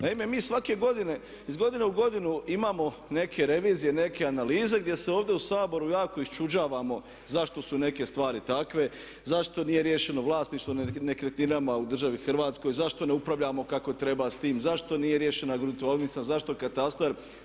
Naime, mi svake godine, iz godine u godinu imamo neke revizije, neke analize gdje se ovdje u Saboru jako iščuđavamo zašto su neke stvari takve, zašto nije riješeno vlasništvo nad nekretninama u državi Hrvatskoj, zašto ne upravljamo kako treba s tim, zašto nije riješena gruntovnica, zašto katastar?